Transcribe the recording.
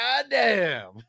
goddamn